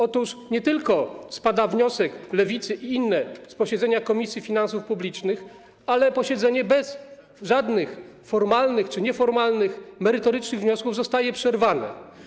Otóż nie tylko wniosek Lewicy, i inne, spada z porządku posiedzenia Komisji Finansów Publicznych, ale też posiedzenie bez żadnych formalnych czy nieformalnych, merytorycznych wniosków zostaje przerwane.